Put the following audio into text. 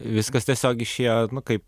viskas tiesiog išėjo kaip